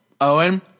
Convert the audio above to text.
Owen